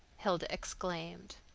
hilda exclaimed.